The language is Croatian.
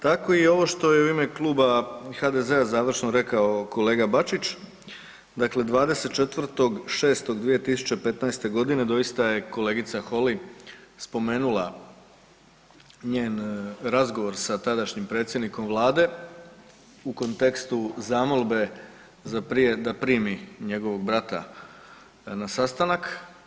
Tako i ovo što je u ime kluba HDZ-a završno rekao kolega Bačić, dakle 24.6.2015. godine doista je kolegica Holy spomenula njen razgovor sa tadašnjim predsjednikom Vlade u kontekstu zamolbe da primi njegovog brata na sastanak.